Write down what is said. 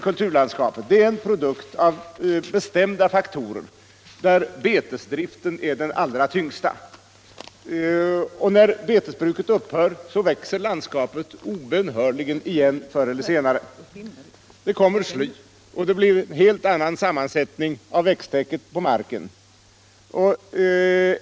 Kulturlandskapet är nämligen en produkt av bestämda faktorer, där betesdriften är den allra tyngsta. När betesdriften upphör växer landskapet obönhörligen igen förr eller senare. Det kommer sly och det blir en helt annan sammansättning än tidigare av växttäcket på marken.